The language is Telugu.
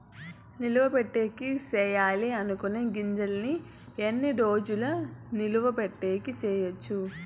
నిలువ పెట్టేకి సేయాలి అనుకునే గింజల్ని ఎన్ని రోజులు నిలువ పెట్టేకి చేయొచ్చు